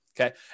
Okay